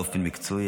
באופן מקצועי,